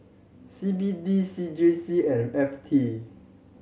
C B D C J C and F T